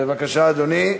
בבקשה, אדוני.